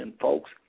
folks